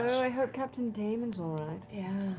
i hope captain damon's all right.